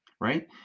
right